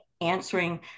answering